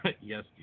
Yes